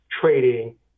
trading